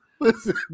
Listen